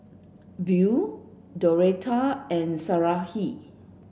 Buell Doretta and Sarahi